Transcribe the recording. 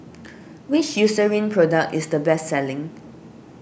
which Eucerin product is the best selling